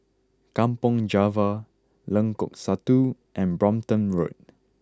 Kampong Java Lengkok Satu and Brompton Road